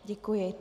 Děkuji.